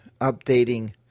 updating